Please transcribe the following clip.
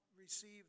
receive